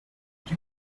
you